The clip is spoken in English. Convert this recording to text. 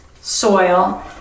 soil